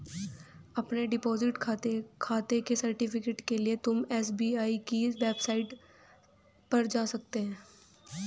अपने डिपॉजिट खाते के सर्टिफिकेट के लिए तुम एस.बी.आई की साईट पर जा सकते हो